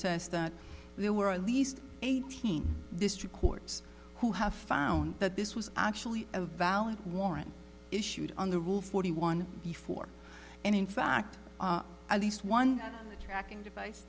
says that there were at least eighteen district courts who have found that this was actually a valid warrant issued on the rule forty one before and in fact at least one tracking device